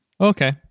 Okay